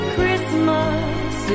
Christmas